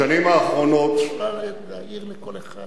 דווקא היום בוועדת כספים,